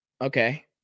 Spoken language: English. okay